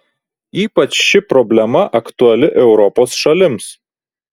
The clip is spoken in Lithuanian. ypač ši problema aktuali europos šalims